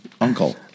uncle